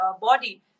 body